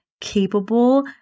capable